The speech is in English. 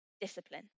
discipline